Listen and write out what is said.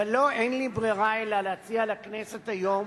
ולא, אין לי ברירה אלא להציע לכנסת היום